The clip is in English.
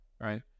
Right